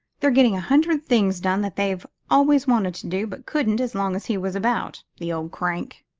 they're getting a hundred things done that they've always wanted to do but couldn't as long as he was about, the old crank.